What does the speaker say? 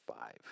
five